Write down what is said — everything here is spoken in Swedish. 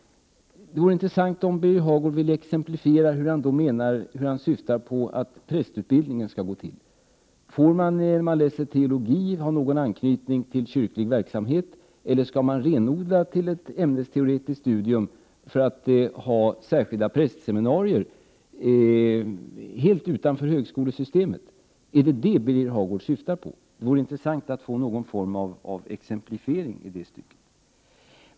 Det vore intressant om Birger Hagård ville exemplifiera hur han då syftar på att prästutbildningen skall gå till. Får man, när man läser teologi, ha någon anknytning till kyrklig verksamhet, eller skall man renodla utbildningen till ett ämnesteoretiskt studium och ha särskilda prästseminarier helt utanför högskolesystemet? Är det det som Birger Hagård syftar på? Det vore intressant att få någon form av exemplifiering i det stycket.